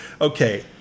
okay